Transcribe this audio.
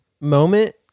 moment